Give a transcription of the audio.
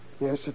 Yes